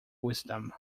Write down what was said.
wisdom